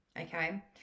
okay